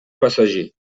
passager